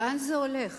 לאן זה הולך?